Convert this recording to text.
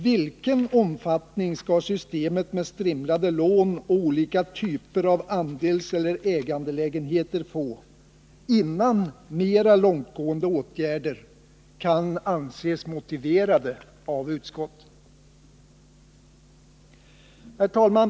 Vilken omfattning skall systemet med strimlade lån och oiika typer av andelseller ägandelägenheter få, innan mera långtgående åtgärder kan anses motiverade av utskottet? Herr talman!